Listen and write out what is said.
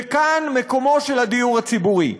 וכאן מקומו של הדיור הציבורי.